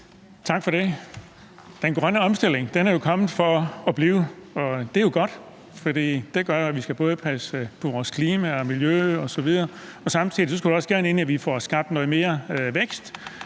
Tak for det. Den grønne omstilling er kommet for at blive, og det er jo godt, for det gør, at vi både skal passe på vores klima, miljø osv., og samtidig skal ind i, at vi får skabt noget mere vækst.